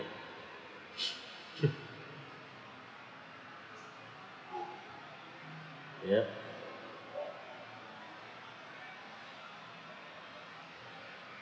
yup